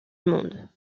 monde